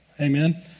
Amen